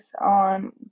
on